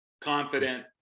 confident